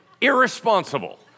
irresponsible